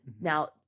Now